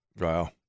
Wow